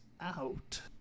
out